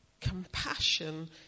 compassion